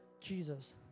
Jesus